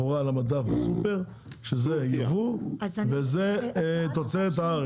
בסופר אם התוצרת היא ייבוא או שהיא תוצרת הארץ.